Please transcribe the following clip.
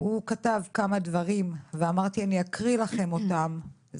הוא כתב כמה דברים ואמרתי שאני אקריא לכם אותם.